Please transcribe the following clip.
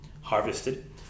harvested